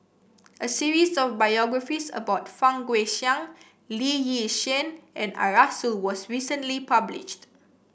a series of biographies about Fang Guixiang Lee Yi Shyan and Arasu was recently published